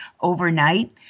overnight